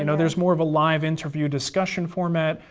you know there's more of a live interview discussion format,